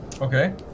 okay